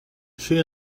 she